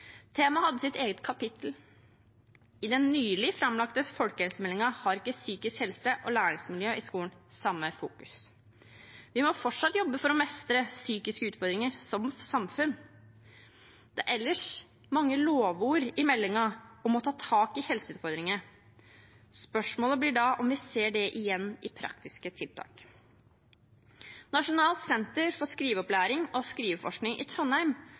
Temaet hadde sitt eget kapittel. I den nylig framlagte folkehelsemeldingen har ikke psykisk helse og læringsmiljø i skolen samme fokus. Vi må som samfunn fortsatt jobbe for å mestre psykiske utfordringer. Det er ellers mange lovord i meldingen om å ta tak i helseutfordringene, og spørsmålet blir om vi ser det igjen i praktiske tiltak. Nasjonalt senter for skriveopplæring og skriveforskning i Trondheim